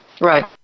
Right